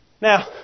Now